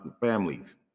families